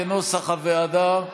כנוסח הוועדה.